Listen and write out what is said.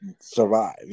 survive